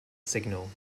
signal